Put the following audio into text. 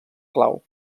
clau